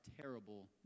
terrible